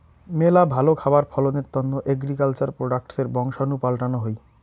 মেলা ভালো খাবার ফলনের তন্ন এগ্রিকালচার প্রোডাক্টসের বংশাণু পাল্টানো হই